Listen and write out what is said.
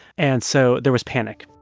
and so there was panic